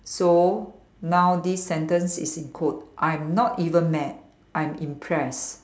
so now this sentence is in quote I'm not even mad I'm impressed